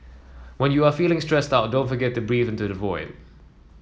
when you are feeling stressed out don't forget to breathe into the void